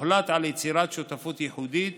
הוחלט על יצירת שותפות ייחודית